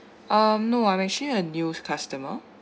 um no I'm actually a news customer